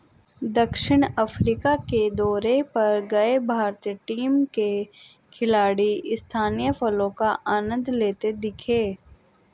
दक्षिण अफ्रीका दौरे पर गए भारतीय टीम के खिलाड़ी स्थानीय फलों का आनंद लेते दिखे